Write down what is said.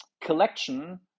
collection